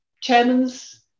chairman's